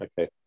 Okay